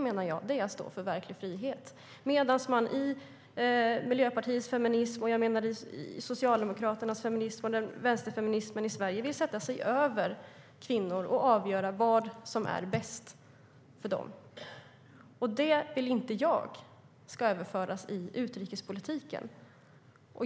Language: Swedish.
Det är att stå för verklig frihet. Miljöpartiets feminism, Socialdemokraternas feminism och vänsterfeminismen i Sverige vill sätta sig över kvinnor och avgöra vad som är bäst för dem. Det vill inte jag ska överföras i utrikespolitiken.